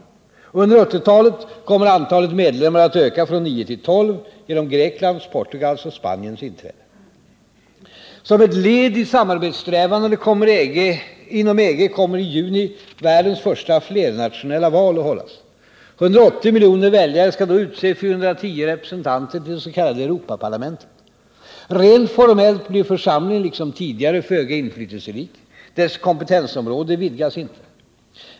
Under 1980-talet kommer antalet medlemmar att öka från nio till tolv genom Greklands, Portugals och Spaniens inträde. Som ett led i samarbetssträvandena inom EG kommer i juni världens första flernationella val att hållas. 180 miljoner väljare skall då utse 410 representanter till dets.k. Europaparlamentet. Rent formellt blir församlingen liksom tidigare föga inflytelserik, dess kompetensområde vidgas inte.